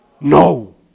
No